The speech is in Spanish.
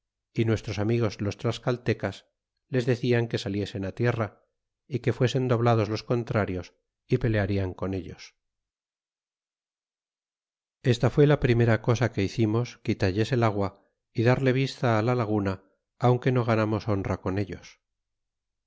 y nuestros amigos los tlascaltecas les decian quésealiesen á tierra y que fuesen doblados los contrarios y pelearian con ellos esta fué la primera cosa que hicimos quitalles el agua y darle vista á la laguna aunque no ganamos honra con ellos